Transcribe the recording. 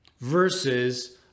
versus